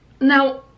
now